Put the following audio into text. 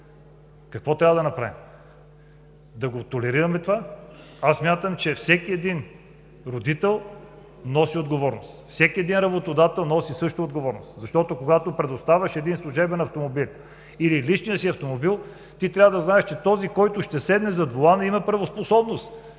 Какво трябва да направим? Да толерираме това? Смятам, че всеки родител носи отговорност, всеки работодател носи също отговорност, защото когато предоставяш служебен автомобил или личния си автомобил, трябва да знаеш, че този, който ще седне зад волана, има правоспособност.